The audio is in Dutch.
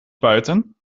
buiten